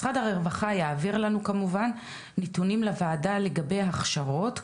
משרד הרווחה יעביר לנו כמובן נתונים לוועדה לגבי הכשרות,